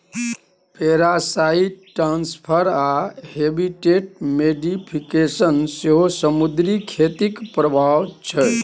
parasite transfer आ habitat modification सेहो समुद्री खेतीक प्रभाब छै